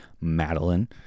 Madeline